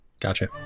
gotcha